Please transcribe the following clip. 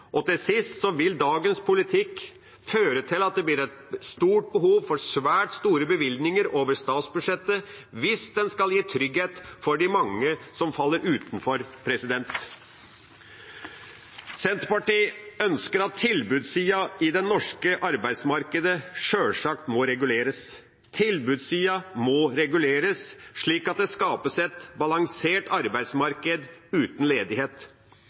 Til sist vil dagens politikk føre til at det blir et stort behov for svært store bevilgninger over statsbudsjettet hvis en skal gi trygghet for de mange som faller utenfor. Senterpartiet ønsker at tilbudssida i det norske arbeidsmarkedet sjølsagt må reguleres. Tilbudssida må reguleres, slik at det skapes et balansert arbeidsmarked uten ledighet.